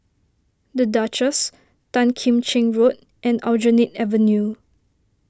the Duchess Tan Kim Cheng Road and Aljunied Avenue